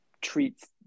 treats